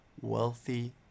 wealthy